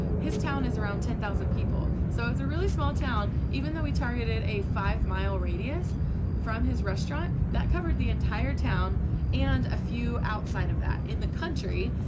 his town is around ten thousand people. so it's a really small town. even though we targeted a. five mile radius from his restaurant that covered the. entire town and a few outside of that in the country.